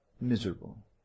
miserable